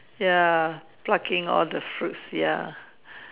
ya pluck in all the fruits ya